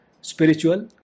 spiritual